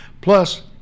Plus